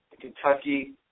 Kentucky